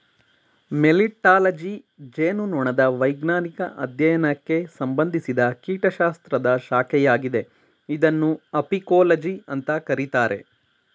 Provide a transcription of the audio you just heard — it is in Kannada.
ಮೆಲಿಟ್ಟಾಲಜಿ ಜೇನುನೊಣದ ವೈಜ್ಞಾನಿಕ ಅಧ್ಯಯನಕ್ಕೆ ಸಂಬಂಧಿಸಿದ ಕೀಟಶಾಸ್ತ್ರದ ಶಾಖೆಯಾಗಿದೆ ಇದನ್ನು ಅಪಿಕೋಲಜಿ ಅಂತ ಕರೀತಾರೆ